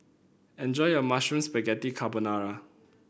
enjoy your Mushroom Spaghetti Carbonara